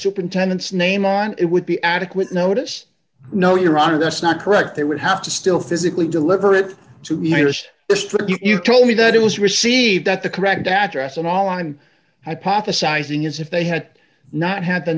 superintendent's name on it would be adequate notice no your honor that's not correct they would have to still physically deliver it to distribute you told me that it was received at the correct address and all i'm hypothesizing is if they had not had the